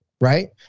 right